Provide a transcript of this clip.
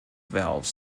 valves